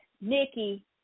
nikki